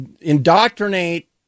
indoctrinate